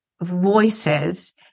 voices